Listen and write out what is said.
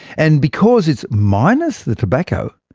and because it's minus the tobacco,